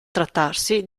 trattarsi